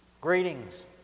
Greetings